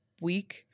Week